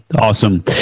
awesome